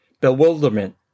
bewilderment